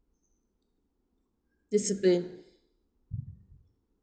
discipline